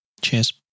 Cheers